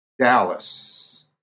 Dallas